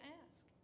ask